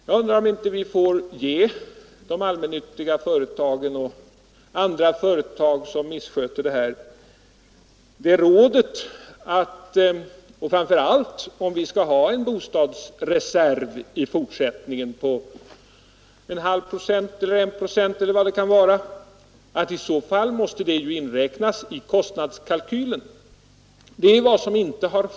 Jag undrar om vi inte, ifall vi i fortsättningen skall ha en bostadsreserv på 0,5 procent, en procent eller någonting sådant, får ge det rådet till de allmännyttiga företag och andra företag som missköter detta, att inräkna det i kostnadskalkylen, något som man i dag inte gör.